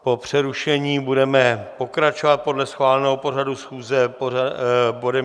Po přerušení budeme pokračovat podle schváleného pořadu schůze bodem